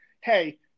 hey